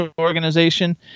organization